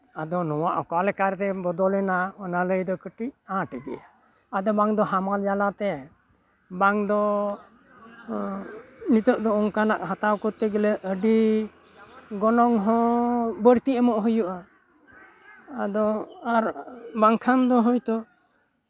ᱟᱫᱚ ᱱᱚᱣᱟ ᱚᱠᱟ ᱞᱮᱠᱟᱨᱮ ᱵᱚᱫᱚᱞᱮᱱᱟ ᱚᱱᱟ ᱞᱟᱹᱭ ᱫᱚ ᱠᱟᱹᱴᱤᱡ ᱟᱸᱴ ᱜᱮᱭᱟ ᱟᱫᱚ ᱵᱟᱝᱫᱚ ᱦᱟᱢᱟᱞ ᱡᱟᱞᱟᱛᱮ ᱵᱟᱝᱫᱚ ᱱᱤᱛᱚᱜ ᱫᱚ ᱚᱱᱠᱟᱱᱟᱜ ᱦᱟᱛᱟᱣ ᱠᱚᱨᱛᱮ ᱜᱮᱞᱮ ᱟᱹᱰᱤ ᱜᱚᱱᱚᱝ ᱦᱚᱸ ᱵᱟᱹᱲᱛᱤ ᱮᱢᱚᱜ ᱦᱩᱭᱩᱜᱼᱟ ᱟᱫᱚ ᱟᱨ ᱵᱟᱝᱠᱷᱟᱱ ᱫᱚ ᱦᱳᱭᱛᱳ